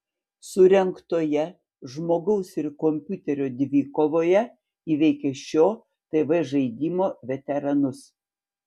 surengtoje žmogaus ir kompiuterio dvikovoje įveikė šio tv žaidimo veteranus